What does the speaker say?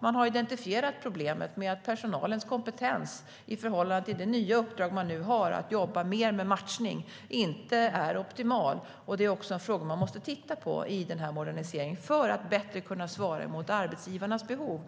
Man har identifierat problemet med att personalens kompetens i förhållande till det nya uppdrag man nu har att jobba mer med matchning inte är optimal. Det är också något man måste titta på i moderniseringen för att bättre kunna svara mot arbetsgivarnas behov.